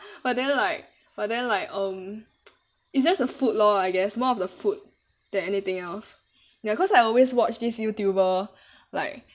but then like but then like um it's just the food lor I guess more of the food than anything else ya cause I always watch this YouTuber like